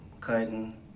Cutting